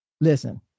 listen